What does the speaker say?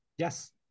Yes